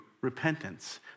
repentance